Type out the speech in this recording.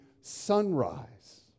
sunrise